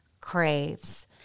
craves